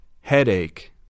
Headache